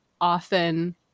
often